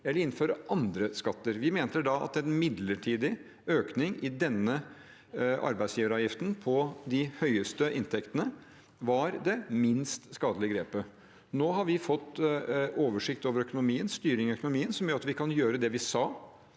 eller innføre andre skatter. Vi mente da at en midlertidig økning i denne arbeidsgiveravgiften på de høyeste inntektene var det minst skadelige grepet. Nå har vi fått oversikt over økonomien, styring i økonomien, som gjør at vi kan gjøre det vi sa.